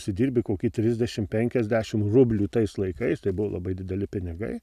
užsidirbi kokį trisdešim penkiasdešim rublių tais laikais tai buvo labai dideli pinigai